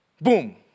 boom